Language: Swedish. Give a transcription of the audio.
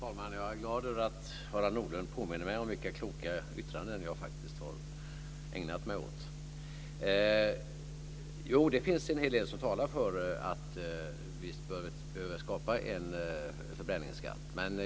Fru talman! Jag är glad över att Harald Nordlund påminner mig om vilka kloka yttranden jag har framfört. Jo, det finns en hel del som talar för att vi behöver skapa en förbränningsskatt.